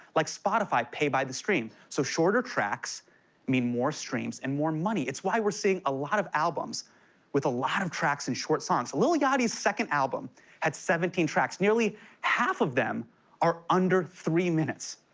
like spotify, pay by the stream. so shorter tracks mean more streams and more money. it's why we're seeing a lot of albums with a lot of tracks and short songs. lil yachty's second album had seventeen tracks, nearly half of them are under three minutes.